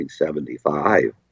1975